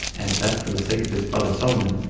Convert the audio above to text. and that for the sake of his father solomon,